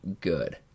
good